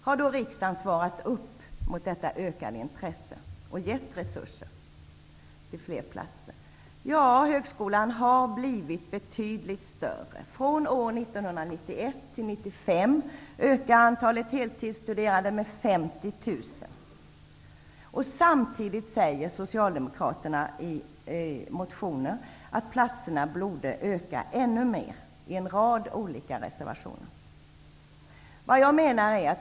Har då riksdagen svarat upp mot detta ökade intresse och gett resurser till fler platser? Ja, högskolan har blivit betydligt större. Från 1991 till Samtidigt säger Socialdemokraterna i en rad olika motioner och reservationer att antalet platser borde öka ännu mer.